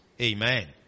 Amen